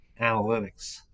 analytics